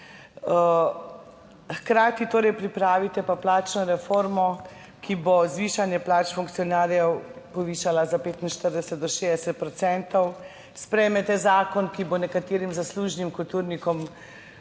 torej pripravili plačno reformo, ki bo zvišanje plač funkcionarjev povišala za od 45 do 60 %, sprejmete zakon, ki bo nekaterim zaslužnim kulturnikom